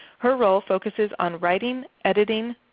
her role focuses on writing, editing,